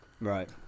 Right